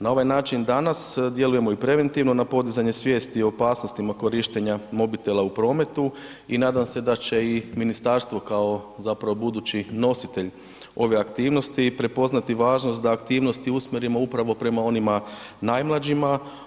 Na ovaj način danas djelujemo i preventivno na podizanje svijesti o opasnostima korištenja mobitela u prometu i nadam se da će i ministarstvo kao zapravo budući nositelj ove aktivnosti prepoznati važnost da aktivnosti usmjerimo upravo prema onima najmlađima.